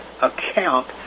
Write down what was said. account